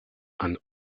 and